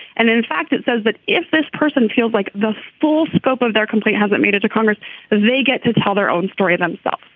and in fact it says that if this person feels like the full scope of their complaint hasn't made it to congress they get to tell their own story themselves.